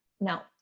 Now